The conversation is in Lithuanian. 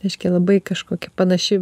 reiškia labai kažkokia panaši